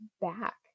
back